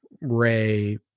Ray